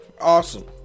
awesome